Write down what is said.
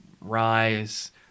rise